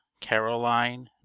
Caroline